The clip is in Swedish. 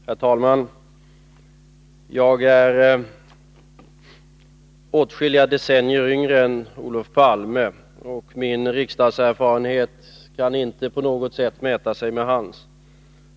Herr talman! Jag är åtskilliga decennier yngre än Olof Palme, och min riksdagserfarenhet kan inte på något sätt mäta sig med hans.